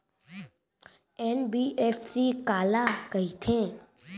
NBFC काला कहिथे?